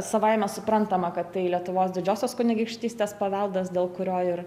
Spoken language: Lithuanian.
savaime suprantama kad tai lietuvos didžiosios kunigaikštystės paveldas dėl kurio ir